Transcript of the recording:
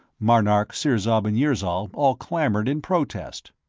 marnark, sirzob and yirzol all clamored in protest.